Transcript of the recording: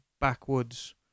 backwards